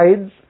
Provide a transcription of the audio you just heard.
sides